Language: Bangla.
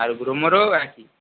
আর গ্রো মোরেও একই